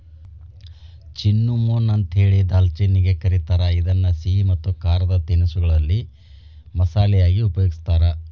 cinnamon ಅಂತೇಳಿ ದಾಲ್ಚಿನ್ನಿಗೆ ಕರೇತಾರ, ಇದನ್ನ ಸಿಹಿ ಮತ್ತ ಖಾರದ ತಿನಿಸಗಳಲ್ಲಿ ಮಸಾಲಿ ಯಾಗಿ ಉಪಯೋಗಸ್ತಾರ